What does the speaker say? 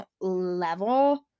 level